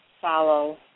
follow